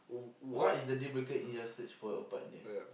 what is the dealbreaker in your search for a partner